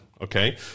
Okay